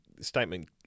statement